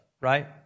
right